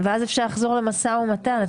ואז אפשר לחזור למשא ומתן.